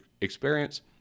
experience